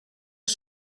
els